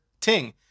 Ting